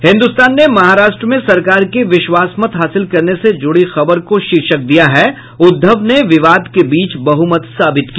हिन्दुस्तान ने महाराष्ट्र में सरकार के विश्वासमत हासिल करने से जुड़ी खबर को शीर्षक दिया है उद्धव ने विवाद के बीच बहुमत साबित किया